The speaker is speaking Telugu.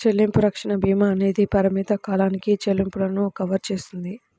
చెల్లింపు రక్షణ భీమా అనేది పరిమిత కాలానికి చెల్లింపులను కవర్ చేస్తుంది